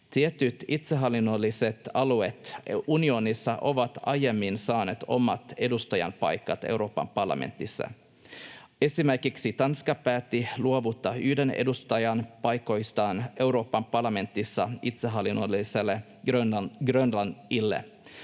Tietyt itsehallinnolliset alueet unionissa ovat aiemmin saaneet omat edustajanpaikat Euroopan parlamentissa. Esimerkiksi Tanska päätti luovuttaa yhden edustajanpaikoistaan Euroopan parlamentissa itsehallinnolliselle Grönlannille.